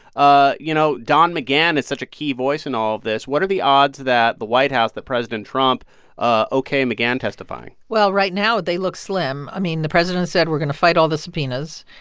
ah you know, don mcgahn is such a key voice in all of this. what are the odds that the white house, that president trump ah ok mcgahn testifying? well, right now, they look slim. i mean, the president has said, we're going to fight all the subpoenas.